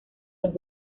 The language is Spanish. los